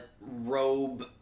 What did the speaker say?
robe